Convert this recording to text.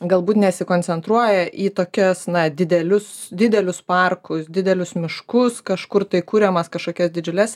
galbūt nesikoncentruoja į tokias na didelius didelius parkus didelius miškus kažkur tai kuriamas kažkokias didžiules